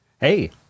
Hey